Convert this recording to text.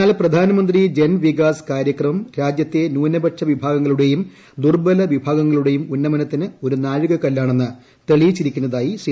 എന്നാൽ പ്രധാൻമന്ത്രി ജൻവികാസ് കാര്യക്രം രാജ്യത്തെ ന്യൂനപക്ഷ വിഭാഗങ്ങളുടെയും ദുർബലവിഭാഗങ്ങളുടെയും ഉന്നമനത്തിന് ഒരു നാഴികകല്ലാണെന്ന് തെളിയിച്ചിരിക്കുന്നതായി ശ്രീ